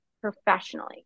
professionally